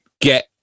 get